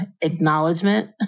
acknowledgement